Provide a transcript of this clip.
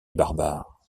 barbare